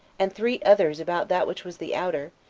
and three others about that which was the outer,